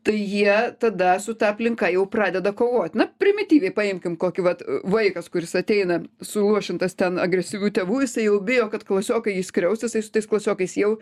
tai jie tada su ta aplinka jau pradeda kovot na primityviai paimkim kokį vat vaikas kuris ateina suluošintas ten agresyvių tėvų jisai jau bijo kad klasiokai jį skriaus jisai su tais klasiokais jau